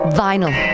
vinyl